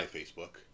Facebook